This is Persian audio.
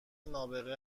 نابغه